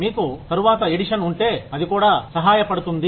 మీకు తరువాత ఎడిషన్ ఉంటే అది కూడా సహాయపడుతుంది